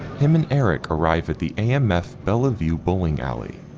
him and eric arrived at the amf bella view bowling alley.